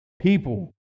people